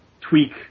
tweak